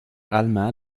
allemands